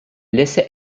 laissait